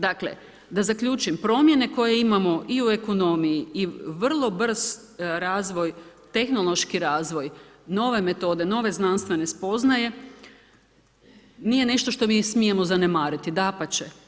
Dakle da zaključim, promjene koje imamo i u ekonomiji i vrlo brz razvoj tehnološki razvoj, nove metode, nove znanstvene spoznaje, nije nešto što mi smijemo zanemariti, dapače.